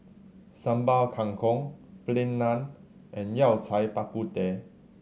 Sambal Kangkong Plain Naan and Yao Cai Bak Kut Teh